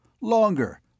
Longer